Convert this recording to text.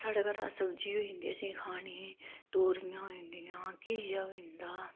साढ़ै घर सब्जी बी होई जंदी खाने गी तोरिआं होई जंदियां घीआ होई जंदा